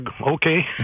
okay